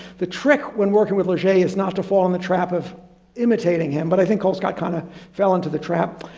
the trick when working with leger is not to fall in the trap of imitating him. but i think colescott kind of fell into the trap.